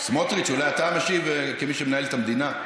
סמוטריץ, אולי אתה משיב, כמי שמנהל את המדינה?